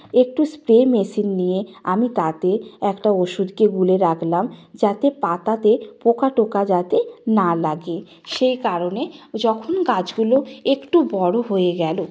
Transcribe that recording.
একটু spray machine নিয়ে আমি তাতে একটা ওষুধকে গুলে রাখলাম যাতে পাতাতে পোকা টোকা যাতে না লাগে সেই কারণে যখন গাছগুলো একটু বড় হয়ে গেল